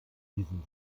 diesem